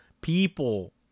People